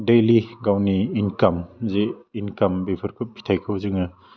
daily गावनि income जि income बेफोरखौ फिथाइखौ जोङो